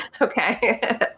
Okay